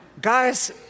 Guys